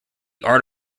art